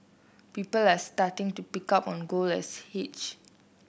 people are starting to pick up on gold as hedge